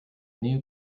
new